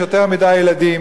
יש יותר מדי ילדים,